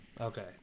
okay